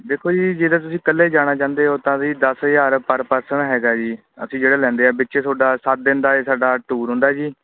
ਦੇਖੋ ਜੀ ਜੇ ਤਾਂ ਤੁਸੀਂ ਇਕੱਲੇ ਜਾਣਾ ਚਾਹੁੰਦੇ ਹੋ ਤਾਂ ਵੀ ਦੱਸ ਹਜ਼ਾਰ ਪਰ ਪਰਸਨ ਹੈਗਾ ਜੀ ਅਸੀਂ ਜਿਹੜਾ ਲੈਂਦੇ ਹਾਂ ਵਿੱਚੇ ਤੁਹਾਡਾ ਸੱਤ ਦਿਨ ਦਾ ਇਹ ਸਾਡਾ ਟੂਰ ਹੁੰਦਾ ਜੀ